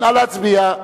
נא להצביע.